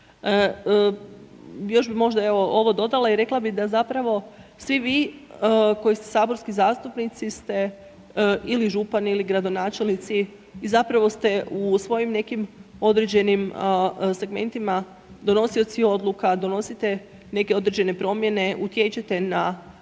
još bi možda evo ovo dodala i rekla bi da zapravo svi vi koji ste saborski zastupnici ste ili župani ili gradonačelnici i zapravo ste u svojim nekim određenim segmentima donosioci odluka, donosite neke određene promjene, utječete na,